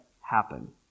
happen